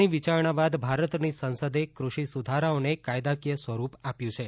ઘણી વિચારણાં બાદ ભારતની સંસદે કૃષિ સુધારાઓને કાયદાકીય સ્વરૂપ આપ્યું છે